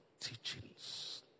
teachings